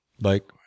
bike